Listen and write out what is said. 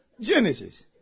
Genesis